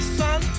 sun